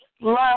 Love